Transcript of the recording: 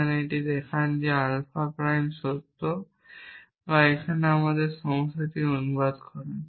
যেটি দেখান যে আলফা প্রাইম সত্য বা এখানে আমাদের সমস্যাটির অনুবাদ করে